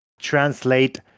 translate